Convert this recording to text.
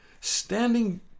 standing